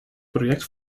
project